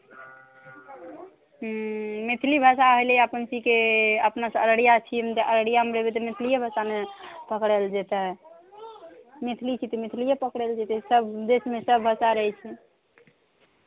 ह्म्म मैथिली भाषा भेलै अपन सी के अपनासँ अररिया छियै तऽ अररियामे रहबै तऽ मैथिलीए भाषा ने पकड़ल जेतै मैथिली छी तऽ मैथिलीए पकड़ल जेतै सभ देशमे सभ भाषा रहै छै